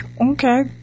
Okay